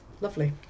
lovely